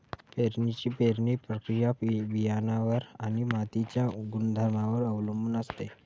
पेरणीची पेरणी प्रक्रिया बियाणांवर आणि मातीच्या गुणधर्मांवर अवलंबून असते